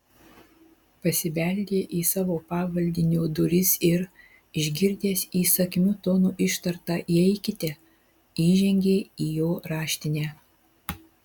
pasibeldė į savo pavaldinio duris ir išgirdęs įsakmiu tonu ištartą įeikite įžengė į jo raštinę